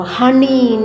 honey